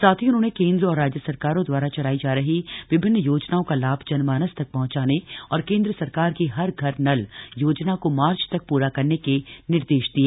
साथ ही उन्होंने केंद्र और राज्य सरकारों द्वारा चलाई जा रही विभिन्न योजनाओं का लाभ जनमानस तक पहंचाने और केंद्र सरकार की हर घर नल योजना को मार्च तक प्रा करने के निर्देश दिए